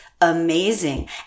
amazing